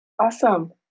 Awesome